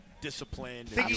disciplined